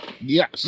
yes